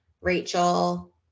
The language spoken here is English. Rachel